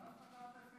ואז חתמת על הסכם חברון.